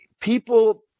people